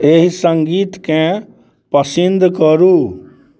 एहि सङ्गीतके पसन्द करू